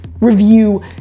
review